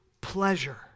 pleasure